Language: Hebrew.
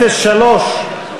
ל-2014,